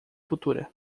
futura